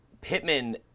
Pittman